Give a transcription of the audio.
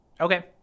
Okay